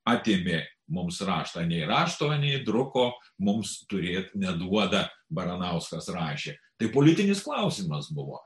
atėmė mums raštą anei rašto anei druko mums turėti neduoda baranauskas rašė tai politinis klausimas buvo